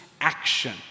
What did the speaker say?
action